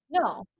No